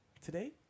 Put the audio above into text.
today